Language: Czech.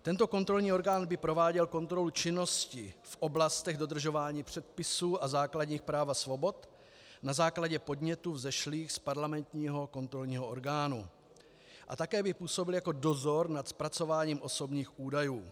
Tento kontrolní orgány by prováděl kontrolu činnosti v oblastech dodržování předpisů a základních práv a svobod na základě podnětů vzešlých z parlamentního kontrolního orgánu a také by působil jako dozor nad zpracováním osobních údajů.